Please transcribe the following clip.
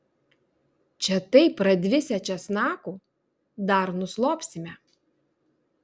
čia taip pradvisę česnaku dar nuslopsime